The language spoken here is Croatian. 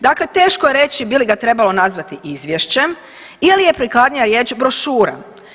Dakle, teško je reći bi li ga trebalo nazvati izvješćem ili je prikladnija riječ brošura.